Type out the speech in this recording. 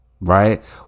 Right